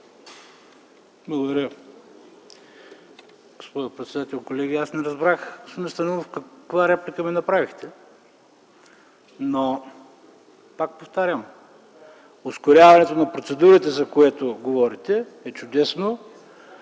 Благодаря. Госпожо председател, колеги! Аз не разбрах, господин Станилов, каква реплика ми направихте. Но, пак повтарям, ускоряването на процедурата, за което говорите, е чудесно.